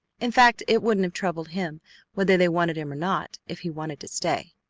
in fact, it wouldn't have troubled him whether they wanted him or not if he wanted to stay.